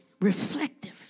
reflective